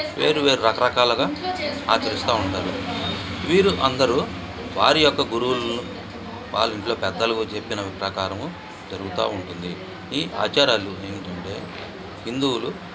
వేరు వేరు రకరకాలుగా ఆచారిస్తు ఉంటారు వీరు అందరు వారి యొక్క గురువులను వాళ్ళింట్లో పెద్దలు చెప్పిన ప్రకారము జరుగుతు ఉంటుంది ఈ ఆచారాలు ఏంటంటే హిందువులు